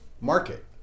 market